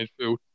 midfield